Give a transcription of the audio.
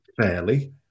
fairly